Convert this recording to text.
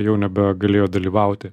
jau nebegalėjo dalyvauti